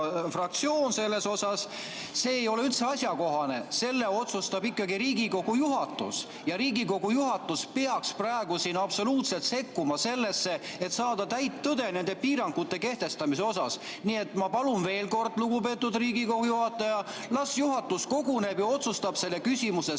fraktsioon, ei ole üldse asjakohane. Selle otsustab ikkagi Riigikogu juhatus ja Riigikogu juhatus peaks praegu siin sekkuma, et saada täit tõde nende piirangute kehtestamise kohta. Nii et ma palun veel kord, lugupeetud Riigikogu istungi juhataja, las juhatus koguneb ja otsustab selle küsimuse